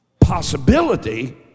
possibility